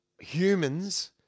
humans